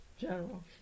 general